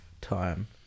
time